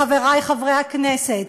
חברי חברי הכנסת,